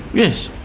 yes.